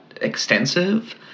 extensive